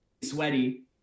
sweaty